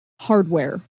hardware